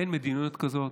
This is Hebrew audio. אין מדיניות כזאת.